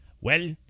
Well